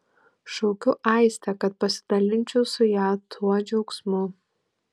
šaukiu aistę kad pasidalinčiau su ja tuo džiaugsmu